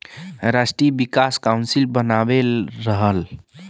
राष्ट्रीय विकास काउंसिल बनवले रहे